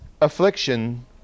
affliction